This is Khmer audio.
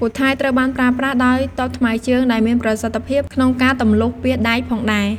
ពូថៅត្រូវបានប្រើប្រាស់ដោយទ័ពថ្មើរជើង ដែលមានប្រសិទ្ធភាពក្នុងការទម្លុះពាសដែកផងដែរ។